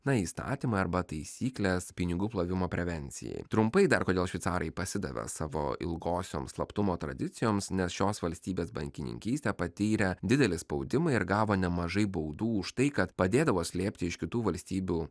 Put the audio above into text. na įstatymai arba taisykles pinigų plovimo prevencijai trumpai dar kodėl šveicarai pasidavė savo ilgosioms slaptumo tradicijoms nes šios valstybės bankininkystė patyrė didelį spaudimą ir gavo nemažai baudų už tai kad padėdavo slėpti iš kitų valstybių